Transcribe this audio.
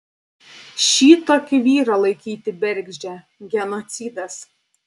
šitokį vyrą laikyti bergždžią genocidas